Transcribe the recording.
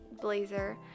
blazer